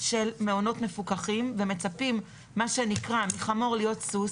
של מעונות מפוקחים ומצפים מה שנקרא מחמור להיות סוס.